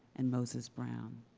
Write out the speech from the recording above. and moses brown.